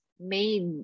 made